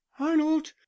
arnold